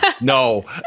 No